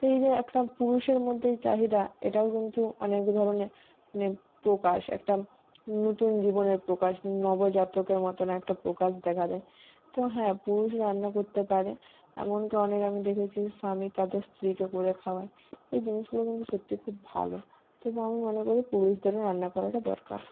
তো এই যে একটা পুরুষের মধ্যে এই চাহিদা এটাও কিন্তু অনেক ধরনে মানে প্রকাশ একটা নতুন জীবনের প্রকাশ নবজাতকের মতন একটা প্রকাশ দেখা দেয় তো হ্যাঁ পুরুষ রান্না করতে পারে এমনকি অনেক আমি দেখেছি স্বামী তাদের স্ত্রীকে করে খাওয়ায় এই জিনিসগুলো কিন্তু সত্যি খুব ভালো তবে আমি মনে করি পুরুষদেরও রান্না করাটা দরকার